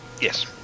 Yes